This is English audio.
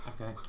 Okay